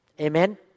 Amen